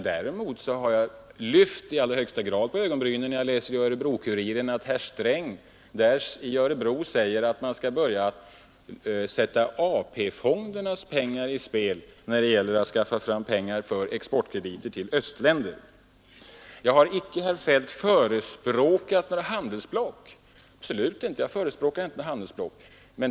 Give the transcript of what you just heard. Däremot har jag i allra högsta grad lyft på ögonbrynen sedan jag i Örebro-Kuriren kunnat läsa att herr Sträng i ett tal i Örebro har sagt att man skall börja sätta AP-fondernas pengar på spel för exportkrediter till östländerna. Jag har absolut inte, herr Feldt, förespråkat några handelsblock.